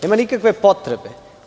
Nema nikakve potrebe.